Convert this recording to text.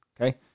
Okay